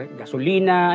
gasolina